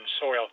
soil